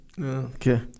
okay